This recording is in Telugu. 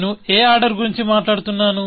నేను ఏ ఆర్డర్ గురించి మాట్లాడుతున్నాను